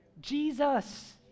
Jesus